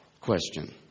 Question